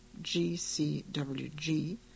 GCWG